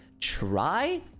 try